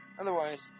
Otherwise